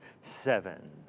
seven